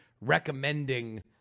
recommending